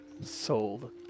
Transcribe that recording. Sold